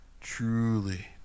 truly